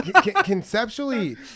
conceptually